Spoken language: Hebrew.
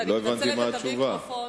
ואני מנצלת את המיקרופון,